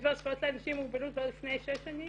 בדבר זכויות לאנשים עם מוגבלות כבר לפני שש שנים.